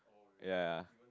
ya